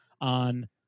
on